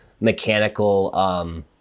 mechanical